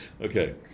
Okay